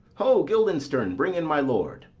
ho, guildenstern! bring in my lord.